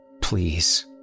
please